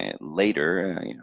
later